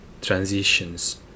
transitions